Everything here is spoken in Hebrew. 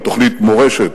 תוכנית "מורשת",